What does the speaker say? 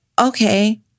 okay